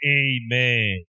amen